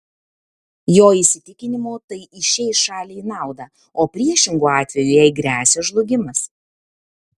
jo įsitikinimu tai išeis šaliai į naudą o priešingu atveju jai gresia žlugimas